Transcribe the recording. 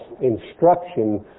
instruction